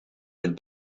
het